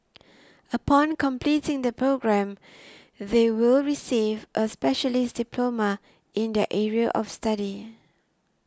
upon completing the programme they will receive a specialist diploma in their area of study